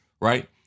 right